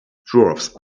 dwarves